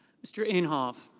mr. imhoff.